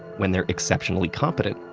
when they're exceptionally competent,